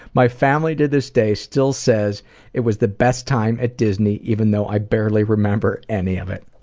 my family to this day still says it was the best time at disney even though i barely remember any of it.